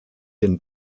den